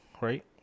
right